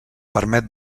permet